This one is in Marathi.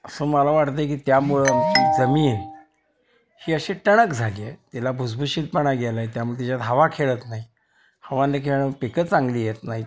असं मला वाटतं की त्यामुळं जमीन ही अशी टणक झाली आहे तिला भुसभुशीतपणा गेला आहे त्यामुळं त्याच्यात हवा खेळत नाही हवा नाही खेळणार पिकं चांगली येत नाहीत